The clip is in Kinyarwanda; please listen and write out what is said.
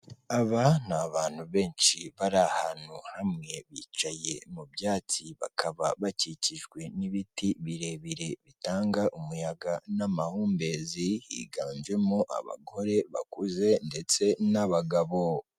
Aba ni abantu benshi bari ahantu hamwe, bicaye mu byatsi, bakaba bakikijwe n'ibiti birebire bitanga umuyaga n'amahumbezi, higanjemo abagore bakuze ndetse n'abagabo.